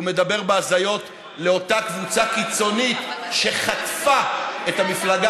הוא מדבר בהזיות לאותה קבוצה קיצונית שחטפה את המפלגה